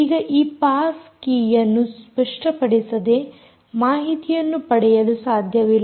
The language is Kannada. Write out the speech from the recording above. ಈಗ ಈ ಪಾಸ್ ಕೀಯನ್ನು ಸ್ಪಷ್ಟಪಡಿಸದೆ ಮಾಹಿತಿಯನ್ನು ಪಡೆಯಲು ಸಾಧ್ಯವಿಲ್ಲ